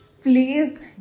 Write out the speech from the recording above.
Please